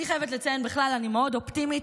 אני חייבת לציין, בכלל אני מאוד אופטימית.